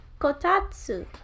Kotatsu